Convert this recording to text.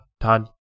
Todd